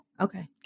Okay